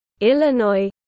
Illinois